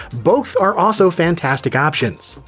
both are also fantastic options.